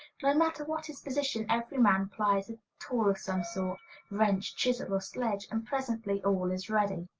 no matter what his position, every man plies a tool of some sort wrench, chisel, or sledge, and presently all is ready.